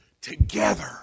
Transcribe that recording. together